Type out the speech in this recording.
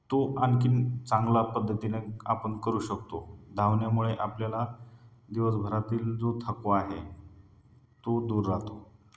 तो आणखीन चांगला पद्धतीने आपण करू शकतो धावण्यामुळे आपल्याला दिवसभरातील जो थकवा आहे तो दूर राहातो